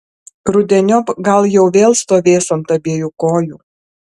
rudeniop gal jau vėl stovės ant abiejų kojų